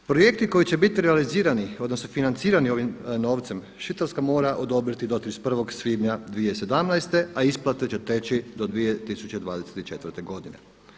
Projekti koji će biti realizirani odnosno financirani ovim novcem Švicarska mora odobriti do 31. svibnja 2017. a isplate će teći do 2024. godine.